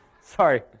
Sorry